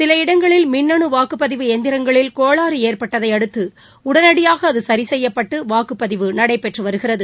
சில இடங்களில் மின்னணு வாக்குப்பதிவு எந்திரங்களில் கோளாறு ஏற்பட்டதை அடுத்து உடனடியாக அது சரி செய்யப்பட்டு வாக்குபதிவு நடைபெற்று வருகிறது